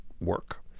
work